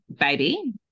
baby